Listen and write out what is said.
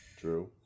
True